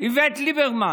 איווט ליברמן: